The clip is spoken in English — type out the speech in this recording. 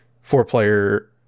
four-player